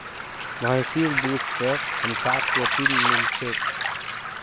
भैंसीर दूध से हमसाक् प्रोटीन मिल छे